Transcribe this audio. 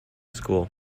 school